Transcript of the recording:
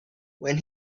when